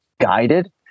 guided